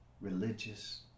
religious